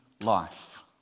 life